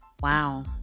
Wow